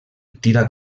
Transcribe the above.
tira